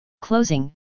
Closing